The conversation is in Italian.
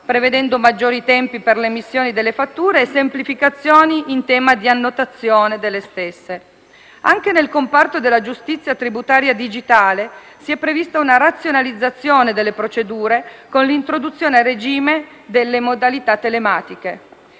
prevedendo maggiori tempi per l'emissione delle fatture e semplificazioni in tema di annotazione delle stesse. Anche nel comparto della giustizia tributaria digitale si è prevista una razionalizzazione delle procedure, con l'introduzione a regime delle modalità telematiche.